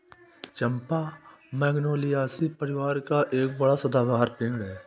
चंपा Magnoliaceae परिवार का एक बड़ा सदाबहार पेड़ है